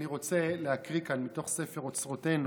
אני רוצה להקריא כאן מתוך הספר "אוצרותינו",